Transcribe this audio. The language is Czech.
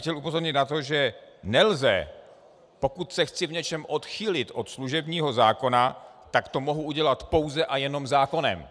Chtěl bych upozornit na to, že nelze pokud se chci v něčem odchýlit od služebního zákona, mohu to udělat pouze a jenom zákonem.